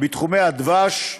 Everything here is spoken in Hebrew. בתחומי הדבש,